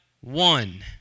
one